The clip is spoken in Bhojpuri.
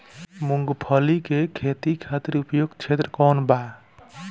मूँगफली के खेती खातिर उपयुक्त क्षेत्र कौन वा?